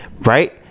Right